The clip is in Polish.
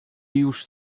już